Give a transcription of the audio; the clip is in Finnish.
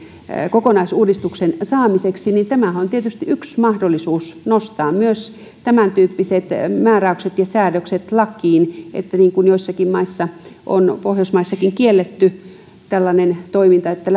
kokonaisuudistuksen saamiseksi niin tämähän on tietysti yksi mahdollisuus nostaa myös tämäntyyppiset määräykset ja säädökset lakiin että kiellettäisiin niin kuin joissakin maissa pohjoismaissakin on kielletty tällainen toiminta että